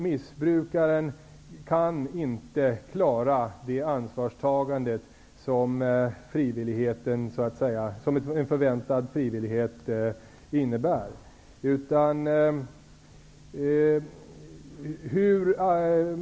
Missbrukaren kan nämligen inte klara det ansvarstagande som en förväntad frivillighet innebär.